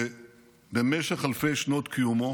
ובמשך אלפי שנות קיומו